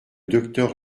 docteur